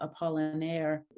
Apollinaire